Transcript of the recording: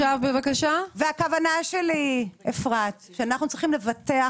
הכוונה שלי אפרת, שאנו צריכים לפתח